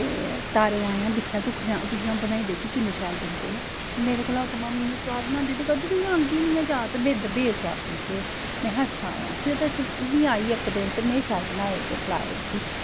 ते तारें आयां दिक्खेआं तूं तुगी अ'ऊं बनाई देगी किन्ने शैल बनदे न मेरे कोला उत्पम इन्ने सुआद बनांदी ते करदी तुगी औंदी निं ऐ जाच ते बिंद बे सुआदी हे महैं अच्छा आयां फ्ही ओह्दे च फ्ही आई इक दिन ते नेंह् शैल बनाए ते खलाए उसी